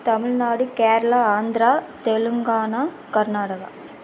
Tamil Nadu Kerala Andhra Telangana Karnataka